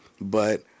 But-